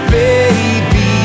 baby